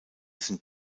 sind